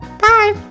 Bye